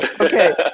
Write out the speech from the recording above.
Okay